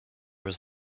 was